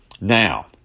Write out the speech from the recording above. Now